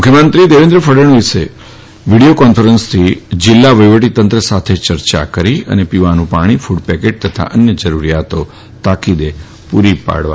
મુખ્યમંત્રી દેવેન્દ્ર ફડણવીસે વીડીયો કોન્ફરન્સથી જિલ્લા વહીવટીતંત્ર સાથે ચર્ચા કરી હતી અને પીવાનું પાણી કૂડ પેકેટ અને અન્ય જરૂરીયાતો તાકીદે પૂરી પાડવા જણાવ્યું હતું